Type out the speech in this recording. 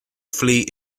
fleet